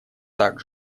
так